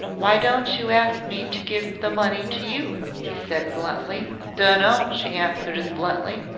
why don't you ask me to give the money to you? he said bluntly. dunno, she answered as bluntly.